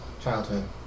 childhood